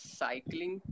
cycling